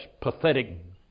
pathetic